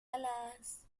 alas